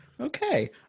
Okay